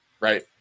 Right